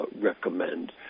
recommend